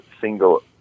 single